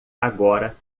agora